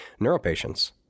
neuropatients